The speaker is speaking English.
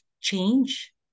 change